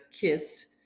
kissed